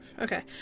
okay